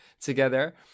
Together